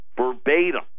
verbatim